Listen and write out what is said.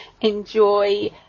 enjoy